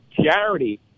charity